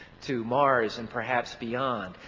to mars and perhaps beyond.